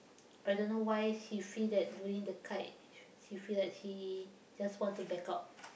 I don't know why she feel like that during the kite she feel like she just want to back out